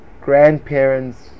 grandparents